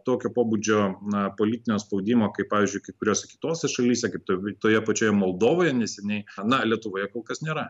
tokio pobūdžio na politinio spaudimo kaip pavyzdžiui kai kuriose kitose šalyse kaip kad toje pačioje moldovoje neseniai na lietuvoje kol kas nėra